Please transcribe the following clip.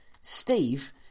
Steve